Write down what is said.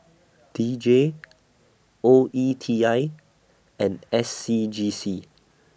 D J O E T I and S C G C